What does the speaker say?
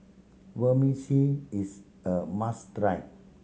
is a must try